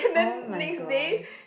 oh my gosh